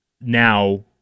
now